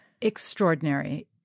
Extraordinary